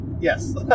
Yes